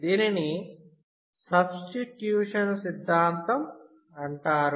దీనిని సబ్స్టిట్యూషన్ సిద్ధాంతం అంటారు